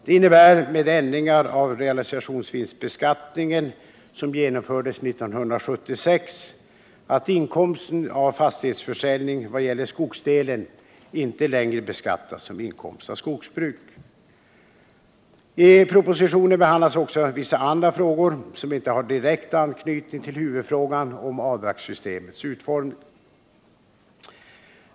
Det innebär — med de ändringar av realisationsvinstbeskattningen som genomfördes 1976 — att inkomsten av fastighetsförsäljning vad gäller skogsdelen inte längre beskattas som inkomst av skogsbruk. I propositionen behandlas också vissa andra frågor som inte har direkt anknytning till huvudfrågan om avdragssystemets utformning.